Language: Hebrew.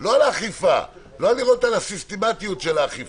לא לפעול בעניין הסיסטמתיות של האכיפה.